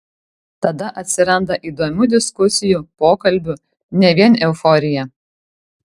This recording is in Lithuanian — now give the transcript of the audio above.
tada atsiranda įdomių diskusijų pokalbių ne vien euforija